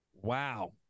Wow